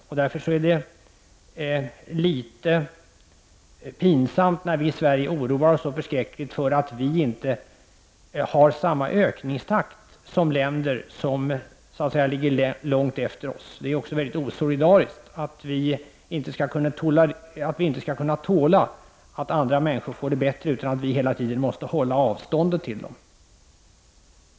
Det är därför litet pinsamt när vi i Sverige oroar oss så förskräckligt för att vi inte har samma ökningstakt som länder som så att säga ligger långt efter oss. Det är också mycket osolidariskt att vi inte skall kunna tåla att andra människor får det bättre utan att vi hela tiden måste hålla avståndet till dem.